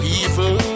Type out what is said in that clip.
evil